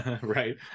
right